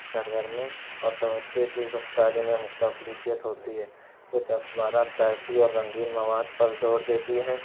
سرگرمی اور توجہ کی رخساری میں مختلفیت ہوتی ہے کچھ اخبارات طائفی اور رنگین مواد پر زور دیتی ہے